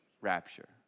Rapture